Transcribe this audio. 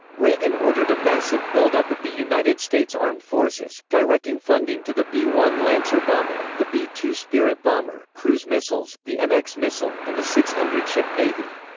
reagan ordered a massive buildup of the united states armed forces, directing funding to the b one lancer bomber, the b two spirit bomber, cruise missiles, the mx missile, and the six hundred ship navy.